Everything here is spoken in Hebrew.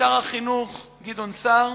שר החינוך גדעון סער